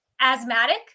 asthmatic